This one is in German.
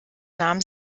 nahm